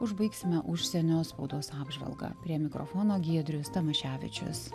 užbaigsime užsienio spaudos apžvalga prie mikrofono giedrius tamaševičius